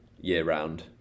year-round